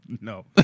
No